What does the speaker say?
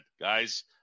guys